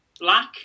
Black